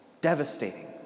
Devastating